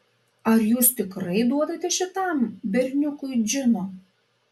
ar jūs tikrai duodate šitam berniukui džino